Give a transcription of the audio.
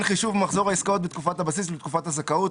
מחזור העסקאות בתקופת הבסיס ולתקופת הזכאות,